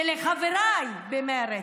ולחבריי במרצ,